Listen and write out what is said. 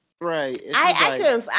Right